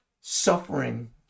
suffering